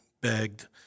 begged